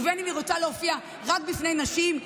ובין שהיא רוצה להופיע רק בפני נשים,